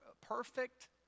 perfect